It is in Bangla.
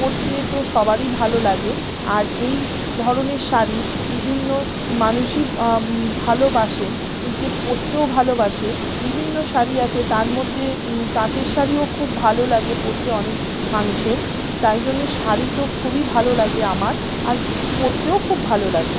পরতে তো সবারই ভালো লাগে আর এই ধরনের শাড়ি বিভিন্ন মানুষই ভালোবাসেন যে পরতেও ভালোবাসে বিভিন্ন শাড়ি আছে তার মধ্যে তাঁতের শাড়িও খুব ভালো লাগে পরতে অনেক মানুষের তাই জন্যে শাড়ি তো খুবই ভালো লাগে আমার আর পরতেও খুব ভালো লাগে